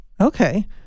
Okay